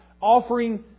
offering